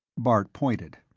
bart pointed.